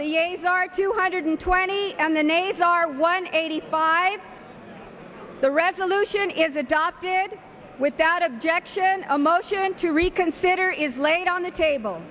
the yeas are two hundred twenty and the nays are one eighty five the resolution is adopted without objection a motion to reconsider is laid on the table